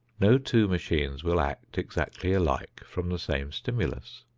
no two machines will act exactly alike from the same stimulus.